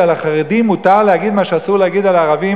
שעל החרדים מותר להגיד מה שאסור להגיד על ערבים,